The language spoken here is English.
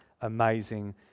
amazing